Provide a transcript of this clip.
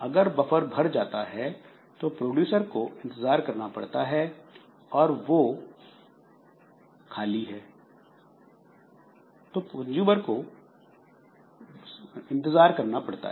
अगर बफर भर जाता है तो प्रोड्यूसर को इंतजार करना पड़ता है और अगर बफर खाली है तो कंजूमर को इंतज़ार करना पड़ता है